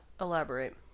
Elaborate